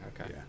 Okay